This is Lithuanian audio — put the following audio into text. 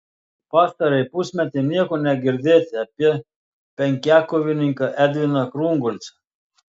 pastarąjį pusmetį nieko negirdėti apie penkiakovininką edviną krungolcą